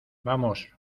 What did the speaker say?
vamos